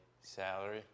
salary